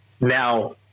now